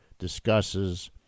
discusses